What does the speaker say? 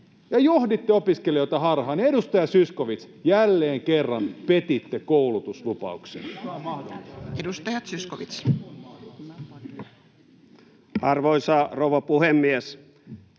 ja johditte opiskelijoita harhaan. Edustaja Zyskowicz, jälleen kerran petitte koulutuslupauksen. [Speech 51] Speaker: Toinen varapuhemies